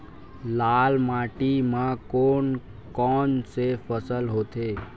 लाल माटी म कोन कौन से फसल होथे?